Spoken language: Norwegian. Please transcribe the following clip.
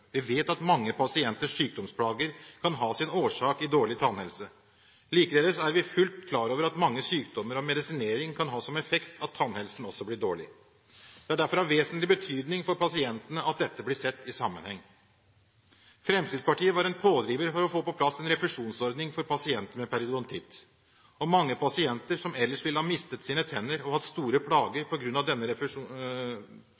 Vi vet at mange pasienters sykdomsplager kan ha sin årsak i dårlig tannhelse. Likeledes er vi fullt klar over at mange sykdommer og medisinering kan ha som effekt at tannhelsen også blir dårlig. Det er derfor av vesentlig betydning for pasientene at dette blir sett i sammenheng. Fremskrittspartiet var en pådriver for å få på plass en refusjonsordning for pasienter med periodontitt, og mange pasienter som ellers ville ha mistet sine tenner og hatt store